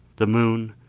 the moon,